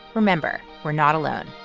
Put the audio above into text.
remember, we're not alone